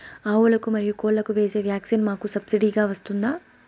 ఆవులకు, మరియు కోళ్లకు వేసే వ్యాక్సిన్ మాకు సబ్సిడి గా వస్తుందా?